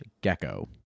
gecko